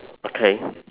okay